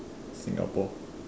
Singapore